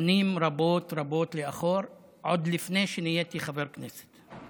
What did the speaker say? שנים רבות רבות לאחור, עוד לפני שנהייתי חבר כנסת.